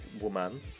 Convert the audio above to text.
woman